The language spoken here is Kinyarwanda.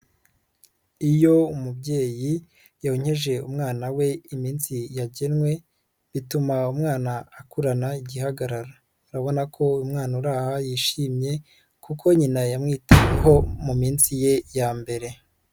Iyo umubyeyi yonkeje umwana we iminsi yagenwe, bituma umwana akurana igihagararo. Urabona ko umwana uraha yishimye kuko nyina yamwitayeho mu minsi ye ya mbere.